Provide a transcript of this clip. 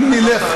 אם נלך,